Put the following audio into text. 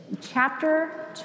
chapter